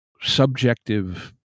subjective